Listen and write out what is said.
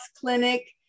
clinic